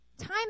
time